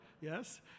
Yes